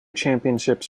championships